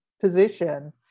position